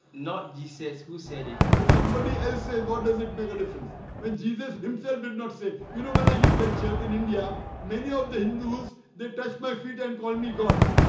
not jesus who said it if somebody else says what does it make a difference when jesus himself did not say? you know when i give lecture in india many of the hindus they touch my feet and call me god